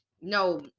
no